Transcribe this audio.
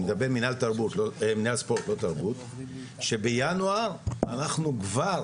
לגבי מינהל הספורט, שבינואר אנחנו כבר